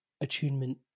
attunement